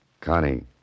Connie